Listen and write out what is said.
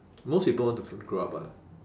most people want to f~ grow up [what]